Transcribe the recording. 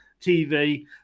TV